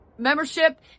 membership